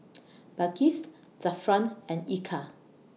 Balqis Zafran and Eka